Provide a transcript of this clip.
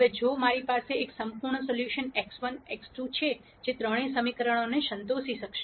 હવે જો મારી પાસે એક સંપૂર્ણ સોલ્યુશન x1 x2 છે જે ત્રણેય સમીકરણોને સંતોષશે